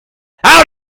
how